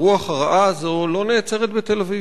הרוח הרעה הזאת לא נעצרת בתל-אביב,